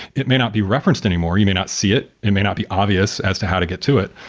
it may not be referenced anymore. you may not see it. it may not be obvious as to how to get to it,